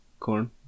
corn